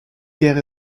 guère